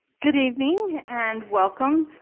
good evening and welcome.